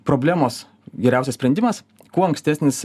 problemos geriausias sprendimas kuo ankstesnis